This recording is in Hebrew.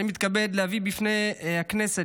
אני מתכבד להביא בפני הכנסת,